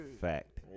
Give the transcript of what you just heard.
fact